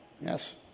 Yes